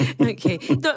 Okay